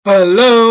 hello